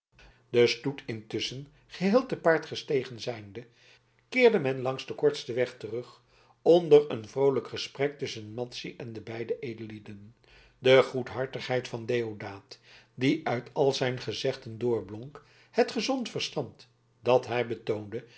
de stoet intusschen geheel te paard gestegen zijnde keerde men langs den kortsten weg terug onder een vroolijk gesprek tusschen madzy en de beide edellieden de goedhartigheid van deodaat die uit al zijn gezegden doorblonk het gezond verstand dat hij betoonde